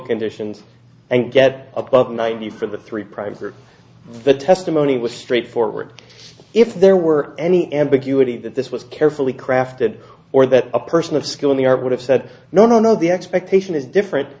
conditions and get above ninety for the three private the testimony was straightforward if there were any ambiguity that this was carefully crafted or that a person of skill in the art would have said no no no the expectation is different